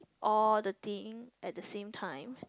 all the things at the same times